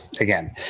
Again